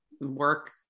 work